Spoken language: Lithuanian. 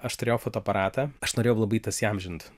aš turėjau fotoaparatą aš norėjau labai tas įamžint